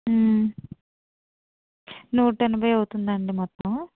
నూట ఎనభై అవుతుంది అండి మొత్తం